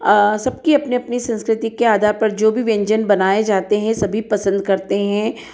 आ सबकी अपनी अपनी संस्कृति के आधार पर जो व्यंजन बनाए जाते हैं सभी पसंद करते हैं